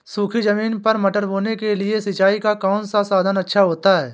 सूखी ज़मीन पर मटर बोने के लिए सिंचाई का कौन सा साधन अच्छा होता है?